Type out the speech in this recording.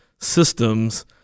systems